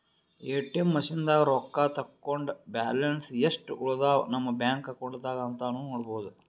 ATM ಮಷಿನ್ದಾಗ್ ರೊಕ್ಕ ತಕ್ಕೊಂಡ್ ಬ್ಯಾಲೆನ್ಸ್ ಯೆಸ್ಟ್ ಉಳದವ್ ನಮ್ ಬ್ಯಾಂಕ್ ಅಕೌಂಟ್ದಾಗ್ ಅಂತಾನೂ ನೋಡ್ಬಹುದ್